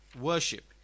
worship